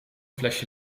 flesje